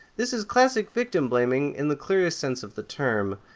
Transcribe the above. this is classic victim blaming in the clearest sense of the term.